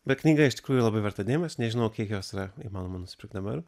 bet knyga iš tikrųjų labai verta dėmesio nežinau kiek jos yra įmanoma nusipirkt dabar